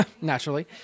naturally